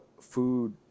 food